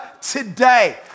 today